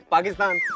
Pakistan